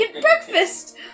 breakfast